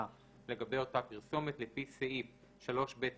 לגבי אותה פרסומת לפי סעיף 3(ב)(1)(ב)